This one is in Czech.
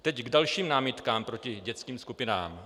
Teď k dalším námitkám proti dětským skupinám.